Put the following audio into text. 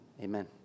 amen